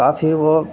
کافی وہ